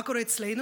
מה קורה אצלנו?